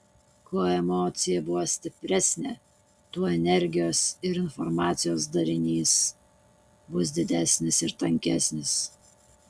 kuo emocija buvo stipresnė tuo energijos ir informacijos darinys bus didesnis ir tankesnis